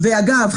אגב,